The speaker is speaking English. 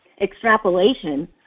extrapolation